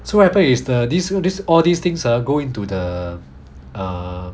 so what happen is the this err this all these things ah go into the err